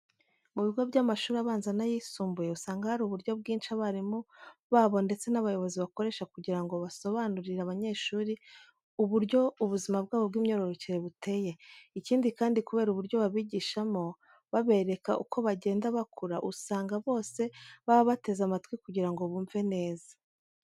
Mu bigo by'amashuri abanza n'ayisumbuye usanga hari uburyo bwinshi abarimu babo ndetse n'abayobozi bakoresha kugira ngo basobanurire abanyeshuri uburyo ubuzima bwabo by'imyororokere buteye. Ikindi kandi kubera uburyo babigishamo babereka uko bagenda bakura, usanga bose baba bateze amatwi kugira ngo bumve neza.